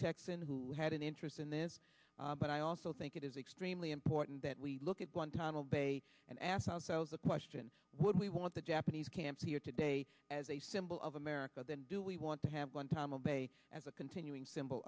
texan who had an interest in this but i also think it is extremely important that we look at guantanamo bay and ask the question would we want the japanese camps here today as a symbol of america than do we want to have one time as a continuing symbol